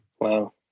wow